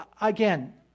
again